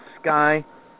sky